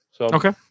Okay